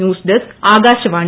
news desk Akashvani